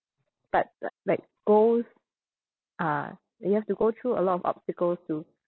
but li~ like goals uh you have to go through a lot of obstacles to